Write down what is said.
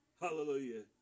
Hallelujah